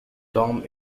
tom